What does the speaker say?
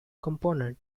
component